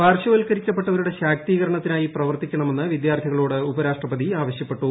പാർശ്വവത്ക്കരിക്കപ്പെട്ടവരുടെ ശാക്തീകരണത്തിനായി പ്രവർത്തിക്കണമെന്ന് വിദ്യാർത്ഥികളോട് ഉപരാഷ്ട്രപതി ആവശ്യപ്പെട്ടു